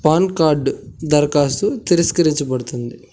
pan card దరఖాస్తు తిరస్కరించబడుతుంది